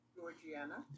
Georgiana